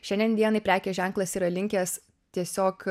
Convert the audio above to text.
šiandien dienai prekės ženklas yra linkęs tiesiog